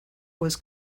was